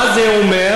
מה זה אומר?